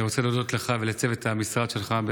אני רוצה להודות לך ולצוות המשרד שלך,